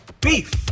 beef